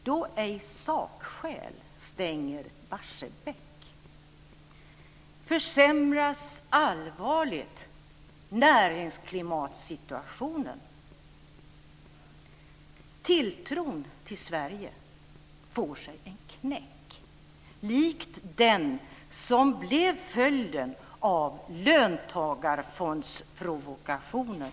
Då ej sakskäl stänger Barsebäck försämras allvarligt näringsklimatsituationen, tilltron till Sverige får sig en knäck, likt den som blev följden av löntagarfondsprovokationen.